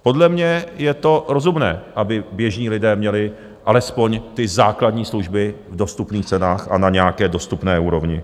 Podle mě je to rozumné, aby běžní lidé měli alespoň ty základní služby v dostupných cenách a na nějaké dostupné úrovni.